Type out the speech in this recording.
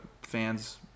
fans